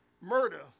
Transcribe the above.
Murder